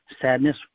sadness